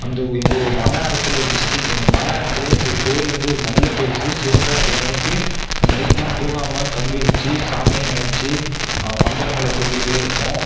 அந்த எங்கள் மாயாவரத்துல டிஸ்டிக் எங்கள் மாயாவரத்துலே இந்த கோயில் வந்து நல்ல பெரிசு சிவராத்திரி அன்றைக்கி நைட்டெலாம் தூங்காமல் கண் விழிச்சு சாமியே நினச்சி மந்திரங்களை சொல்லிகிட்டே இருப்போம்